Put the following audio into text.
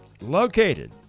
located